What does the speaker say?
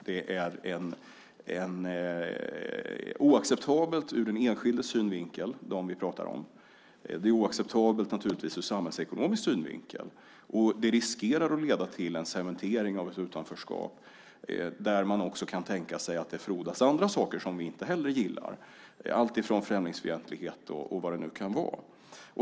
Det är oacceptabelt ur den enskildes synvinkel - dem som vi pratar om. Det är naturligtvis också oacceptabelt ur samhällsekonomisk synvinkel. Det riskerar att leda till en cementering av ett utanförskap, där man också kan tänka sig att det frodas andra saker som vi inte heller gillar - alltifrån främlingsfientlighet och vad det nu kan vara.